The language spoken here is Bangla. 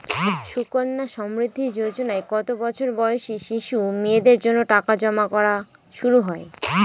সুকন্যা সমৃদ্ধি যোজনায় কত বছর বয়সী শিশু মেয়েদের জন্য টাকা জমা করা শুরু হয়?